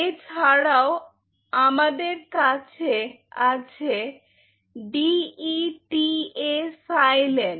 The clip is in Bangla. এছাড়াও আমাদের কাছে আছে D E T A silent